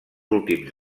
últims